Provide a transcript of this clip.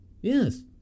Yes